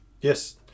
Yes